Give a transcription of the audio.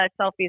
selfies